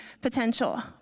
potential